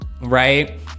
right